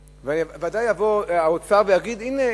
ודאי יבוא האוצר ויגיד: הנה,